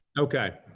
okay.